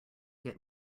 get